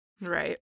Right